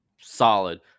solid